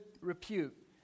repute